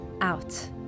out